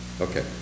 Okay